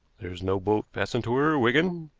there's no boat fastened to her, wigan,